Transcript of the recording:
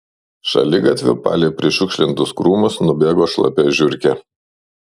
šaligatviu palei prišiukšlintus krūmus nubėgo šlapia žiurkė